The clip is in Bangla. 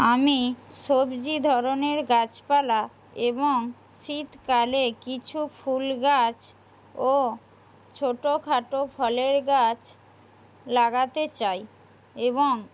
আমি সবজি ধরণের গাছপালা এবং শীতকালে কিছু ফুলগাছ ও ছোটো খাটো ফলের গাছ লাগাতে চাই এবং